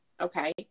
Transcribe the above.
Okay